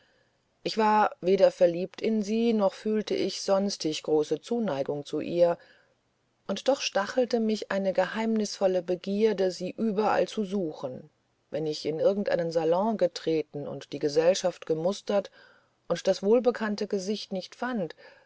ich war weder verliebt in sie noch fühlte ich sonstig große zuneigung zu ihr und doch stachelte mich eine geheimnisvolle begier sie überall zu suchen wenn ich in irgendeinen salon getreten und die gesellschaft gemustert und das wohlbekannte gesicht nicht fand